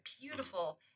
beautiful